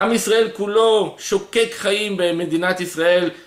עם ישראל כולו שוקק חיים במדינת ישראל